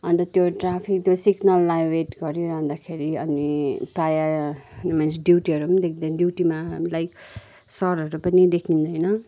अन्त त्यो ट्राफिक त्यो सिगनललाई वेट गरिरहँदाखेरि अनि प्रायः अनि मेरो ड्युटीहरू पनि देख्दै ड्युटीमा लाइक सरहरू पनि देखिँदैन